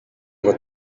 ngo